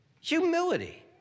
Humility